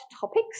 topics